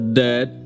dead